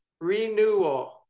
renewal